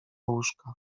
łóżka